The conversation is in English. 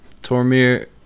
Tormir